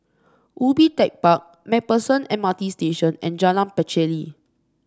Ubi Tech Park MacPherson MRT Station and Jalan Pacheli